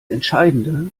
entscheidende